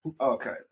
Okay